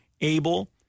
able